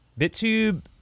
BitTube